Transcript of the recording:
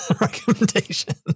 recommendation